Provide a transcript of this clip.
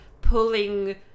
pulling